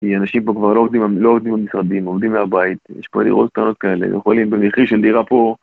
כי אנשים פה כבר לא עובדים במשרדים, עובדים מהבית. יש פה דירות קטנות כאלה, יכולים במחיר של דירה פה.